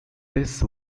this